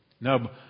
No